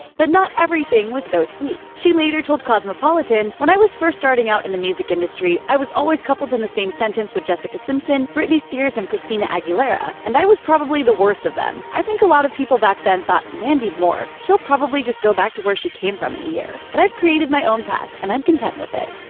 but not everything was so sweet. she later told cosmopolitan, when i was first starting out in the music industry, i was always coupled in the same sentence with jessica simpson, britney spears and christina aguilera and i was probably the worst of them. i think a lot of people back then thought, mandy moore she'll probably go back to where she came from in a year. but i've created my own path, and i'm content with it.